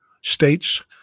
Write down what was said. states